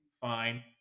fine